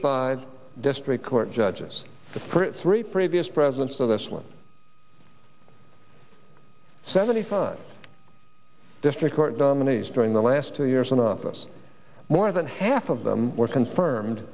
five district court judges three previous presidents of this one seventy five district court nominees during the last two years in office more than half of them were confirmed